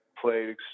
played